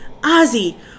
Ozzy